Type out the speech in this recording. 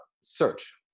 search